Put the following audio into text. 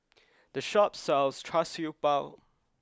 the shop sells Char Siew Bao